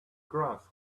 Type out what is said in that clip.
grass